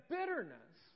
bitterness